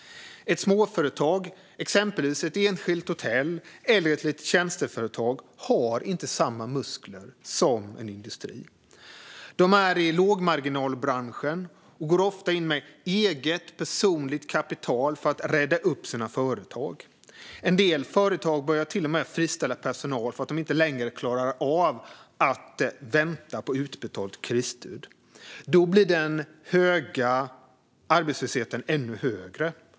Småföretag, exempelvis ett enskilt hotell eller ett litet tjänsteföretag, har inte samma muskler som ett industriföretag. De är i lågmarginalbranschen och går ofta in med personligt kapital för att rädda sina företag. En del företag börjar till och med friställa personal eftersom de inte längre klarar att vänta på utbetalt krisstöd. Då blir den höga arbetslösheten ännu högre.